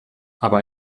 aber